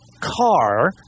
car